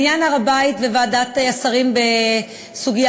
בעניין הר-הבית וועדת השרים בסוגיה,